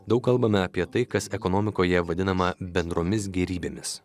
daug kalbame apie tai kas ekonomikoje vadinama bendromis gėrybėmis